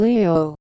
Leo